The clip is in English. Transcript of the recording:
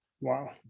Wow